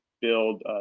build